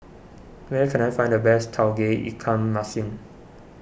where can I find the best Tauge Ikan Masin